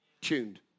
tuned